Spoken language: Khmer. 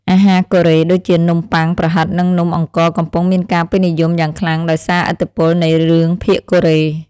អាហារកូរ៉េដូចជានំប៉័ងប្រហិតនិងនំអង្ករកំពុងមានការពេញនិយមយ៉ាងខ្លាំងដោយសារឥទ្ធិពលនៃរឿងភាគកូរ៉េ។